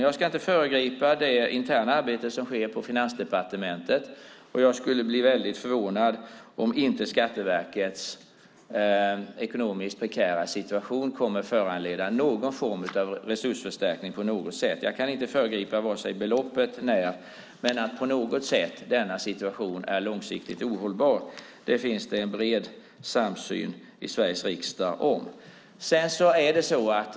Jag ska inte föregripa det interna arbete som sker på Finansdepartementet, och jag skulle bli förvånad om inte Skatteverkets ekonomiskt prekära situation kommer att föranleda någon form av resursförstärkning på något sätt. Jag kan inte föregripa beloppet, men att denna situation är långsiktigt ohållbar finns det en bred samsyn om i Sveriges riksdag.